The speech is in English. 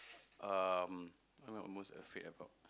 um what am I the most afraid about